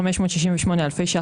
568 אלפי ₪.